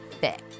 fit